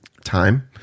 time